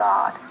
God